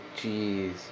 jeez